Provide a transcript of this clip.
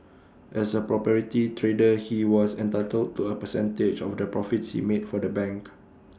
as A propriety trader he was entitled to A percentage of the profits he made for the bank